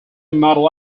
model